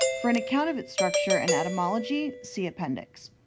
for an account of its structure and etymology see appendix.